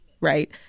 right